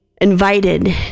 invited